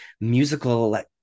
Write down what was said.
musical